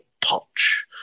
Potch